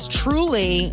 truly